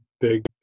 big